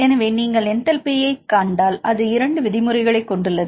எனவே நீங்கள் என்டல்பியைக் கண்டால் அது 2 விதிமுறைகளைக் கொண்டுள்ளது